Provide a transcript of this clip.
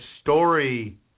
story